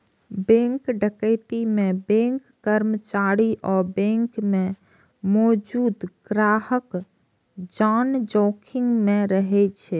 bank डकैती मे bank कर्मचारी आ बैंक मे मौजूद ग्राहकक जान जोखिम मे रहै छै